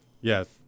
Yes